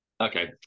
Okay